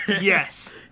yes